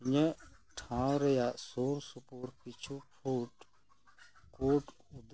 ᱤᱟᱹᱜ ᱴᱷᱟᱶ ᱨᱮᱭᱟᱜ ᱥᱩᱨ ᱥᱩᱯᱩᱨ ᱠᱤᱪᱷᱩ ᱯᱷᱩᱰ ᱯᱷᱩᱰ ᱩᱫᱩᱜ ᱤᱧ ᱢᱮ